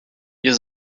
ihr